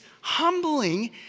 humbling